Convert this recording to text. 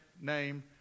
name